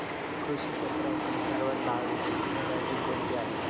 कृषी क्षेत्रातील सर्वात प्रभावी नॅनोटेक्नॉलॉजीचे अनुप्रयोग कोणते आहेत?